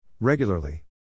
Regularly